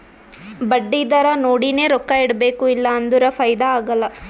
ಬಡ್ಡಿ ದರಾ ನೋಡಿನೆ ರೊಕ್ಕಾ ಇಡಬೇಕು ಇಲ್ಲಾ ಅಂದುರ್ ಫೈದಾ ಆಗಲ್ಲ